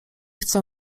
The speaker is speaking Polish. chcę